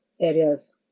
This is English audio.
areas